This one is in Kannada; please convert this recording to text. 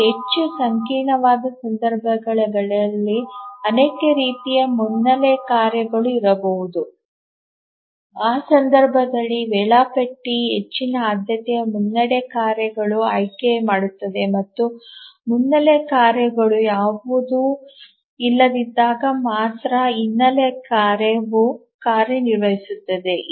ಮತ್ತು ಹೆಚ್ಚು ಸಂಕೀರ್ಣವಾದ ಸಂದರ್ಭಗಳಲ್ಲಿ ಅನೇಕ ರೀತಿಯ ಮುನ್ನೆಲೆ ಕಾರ್ಯಗಳು ಇರಬಹುದು ಆ ಸಂದರ್ಭದಲ್ಲಿ ವೇಳಾಪಟ್ಟಿ ಹೆಚ್ಚಿನ ಆದ್ಯತೆಯ ಮುನ್ನೆಲೆ ಕಾರ್ಯವನ್ನು ಆಯ್ಕೆ ಮಾಡುತ್ತದೆ ಮತ್ತು ಮುನ್ನೆಲೆ ಕಾರ್ಯಗಳು ಯಾವುದೂ ಇಲ್ಲದಿದ್ದಾಗ ಮಾತ್ರ ಹಿನ್ನೆಲೆ ಕಾರ್ಯವು ಕಾರ್ಯನಿರ್ವಹಿಸುತ್ತದೆ